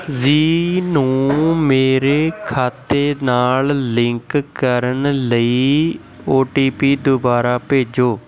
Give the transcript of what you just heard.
ਜ਼ੀ ਨੂੰ ਮੇਰੇ ਖਾਤੇ ਨਾਲ ਲਿੰਕ ਕਰਨ ਲਈ ਓ ਟੀ ਪੀ ਦੁਬਾਰਾ ਭੇਜੋ